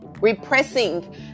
Repressing